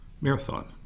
marathon